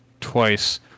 twice